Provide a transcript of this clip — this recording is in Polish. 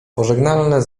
pożegnalne